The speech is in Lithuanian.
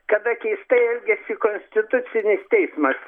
kada keistai elgiasi konstitucinis teismas